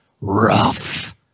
rough